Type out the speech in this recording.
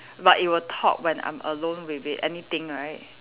but it will talk when I'm alone with it anything right